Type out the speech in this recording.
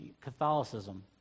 Catholicism